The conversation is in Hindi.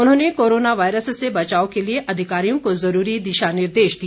उन्होंने कोरोना वायरस से बचाव के लिए अधिकारियों को ज़रूरी दिशा निर्देश दिए